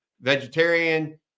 vegetarian